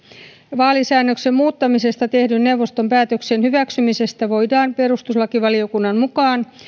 vaalisäädöksen muuttamisesta tehdyn neuvoston päätöksen hyväksymisestä voidaan perustuslakivaliokunnan mukaan